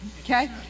okay